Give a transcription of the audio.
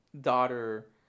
daughter